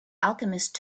alchemist